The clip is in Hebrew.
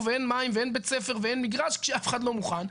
ואין מים ואין בית ספר ואין מגרש כשאף אחד לא מוכן.